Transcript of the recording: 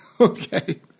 Okay